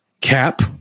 cap